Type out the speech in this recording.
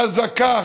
חזקה,